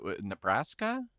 Nebraska